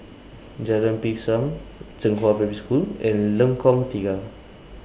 Jalan Pisang Zhenghua Primary School and Lengkong Tiga